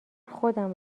خودم